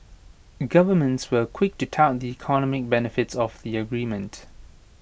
governments were quick to tout the economic benefits of the agreement